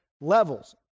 levels